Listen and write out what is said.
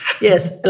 Yes